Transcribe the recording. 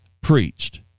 preached